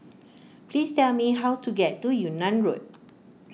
please tell me how to get to Yunnan Road